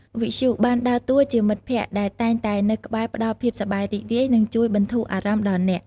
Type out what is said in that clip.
វិទ្យុបានដើរតួជា មិត្តភក្តិ ដែលតែងតែនៅក្បែរផ្តល់ភាពសប្បាយរីករាយ និងជួយបន្ធូរអារម្មណ៍ដល់អ្នក។